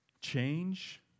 change